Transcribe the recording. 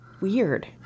Weird